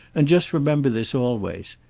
and just remember this always.